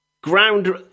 Ground